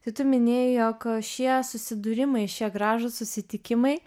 tai tu minėjai jog šie susidūrimai šie gražūs susitikimai